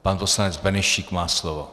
Pan poslanec Benešík má slovo.